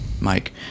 Mike